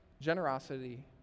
generosity